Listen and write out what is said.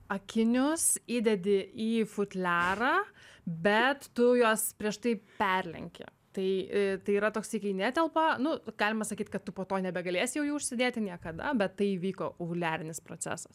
akinius įdedi į futliarą bet tu juos prieš tai perlenki tai tai yra toksai kai netelpa nu galima sakyt kad tu po to nebegalėsi jau jų užsidėti niekada bet tai įvyko uvuliarinis procesas